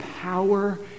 power